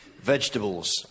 Vegetables